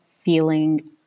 feeling